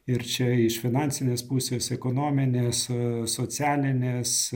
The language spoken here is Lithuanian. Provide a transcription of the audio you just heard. ir čia iš finansinės pusės ekonominės socialinės